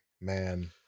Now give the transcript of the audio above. Man